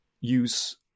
use